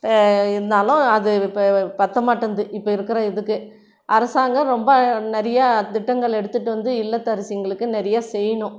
இருந்தாலும் அது இப்போ பத்த மாட்டேன்து இப்போ இருக்கிற இதுக்கு அரசாங்கம் ரொம்ப நிறையா திட்டங்கள் எடுத்துட்டு வந்து இல்லத்தரசிங்களுக்கு நிறைய செய்யணும்